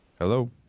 Hello